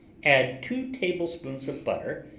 add two tablespoons of butter,